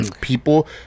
People